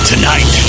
Tonight